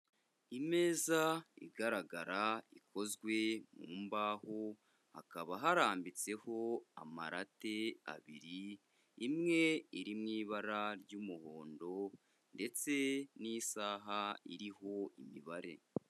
Imeza igaragara ikozwe mu mbaho, hakaba harambitseho amarate abiri, imwe iri mu ibara ry'umuhondo ndetse n'isaha iriho imibare.